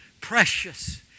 precious